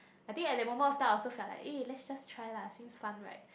I think at that moment of time I also felt like eh let's just try lah seems fun right